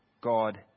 God